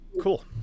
cool